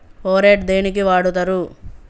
Phorate దేనికి వాడుతరు?